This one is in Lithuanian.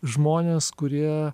žmones kurie